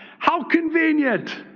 how convenient.